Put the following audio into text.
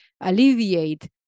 alleviate